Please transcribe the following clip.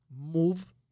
move